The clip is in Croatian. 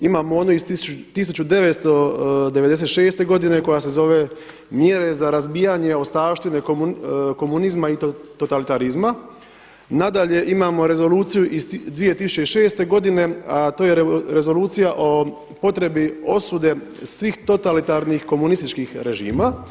Imamo onu iz 1996. godine koja se zove Mjere za razbijanje ostavštine komunizma i totalitarizma, nadalje imamo rezoluciju iz 2006. godine, a to je Rezolucija o potrebi osude svih totalitarnih komunističkih režima.